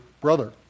brother